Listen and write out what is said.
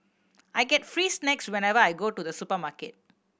I get free snacks whenever I go to the supermarket